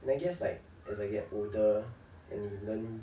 and I guess like as I get older and you learn